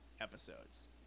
episodes